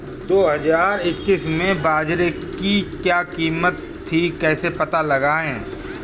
दो हज़ार इक्कीस में बाजरे की क्या कीमत थी कैसे पता लगाएँ?